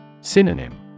Synonym